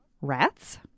rats